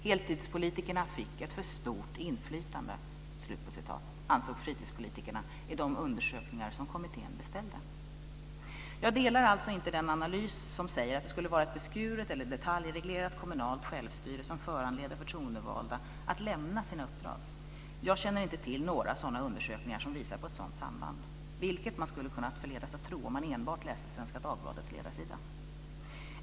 "Heltidspolitikerna fick ett för stort inflytande" ansåg fritidspolitikerna i de undersökningar som kommittén beställde. Jag delar alltså inte den analys som säger att det skulle vara ett beskuret eller detaljreglerat kommunalt självstyre som föranleder förtroendevalda att lämna sina uppdrag. Jag känner inte till några undersökningar som visar på ett sådant samband, vilket man kunde förledas att tro om man enbart läste Svenska Dagbladets ledarsida.